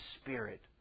Spirit